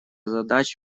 задач